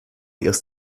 erst